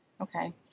Okay